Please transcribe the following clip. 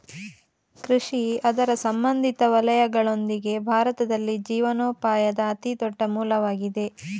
ಕೃಷಿ ಅದರ ಸಂಬಂಧಿತ ವಲಯಗಳೊಂದಿಗೆ, ಭಾರತದಲ್ಲಿ ಜೀವನೋಪಾಯದ ಅತಿ ದೊಡ್ಡ ಮೂಲವಾಗಿದೆ